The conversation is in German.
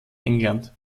england